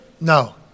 No